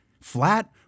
flat